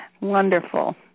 Wonderful